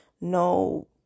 no